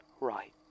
right